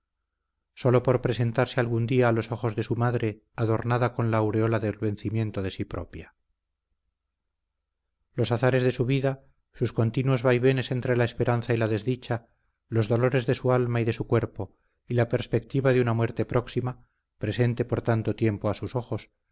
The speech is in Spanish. sólo por presentarse algún día a los ojos de su madre adornada con la aureola del vencimiento de sí propia los azares de su vida sus continuos vaivenes entre la esperanza y la desdicha los dolores de su alma y de su cuerpo y la perspectiva de una muerte próxima presente por tanto tiempo a sus ojos